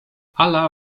ala